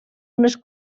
unes